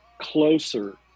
closer